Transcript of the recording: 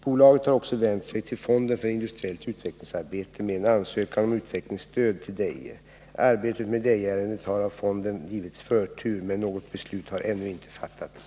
Bolaget har också vänt sig till Fonden för industriellt utvecklingsarbete med en ansökan om utvecklingsstöd till Deje. Arbetet med Dejeärendet har av fonden givits förtur, men något beslut har ännu inte fattats.